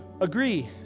agree